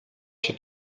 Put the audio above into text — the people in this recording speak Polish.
się